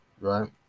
right